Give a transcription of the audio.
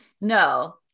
No